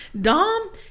Dom